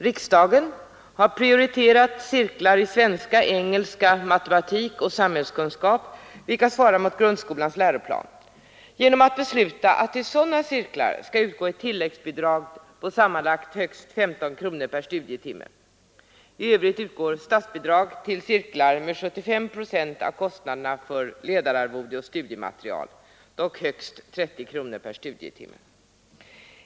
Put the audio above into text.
Riksdagen har prioriterat cirklar i svenska, engelska, matematik och samhällskunskap, vilka svarar mot grundskolans läroplan, genom att besluta att för sådana cirklar skall utgå ett tilläggsbidrag på sammanlagt högst 15 kronor per studietimme. I övrigt utgår statsbidrag till cirklar med 75 procent av kostnaderna för ledararvode och studiematerial, dock högst 30 kronor per studietimme.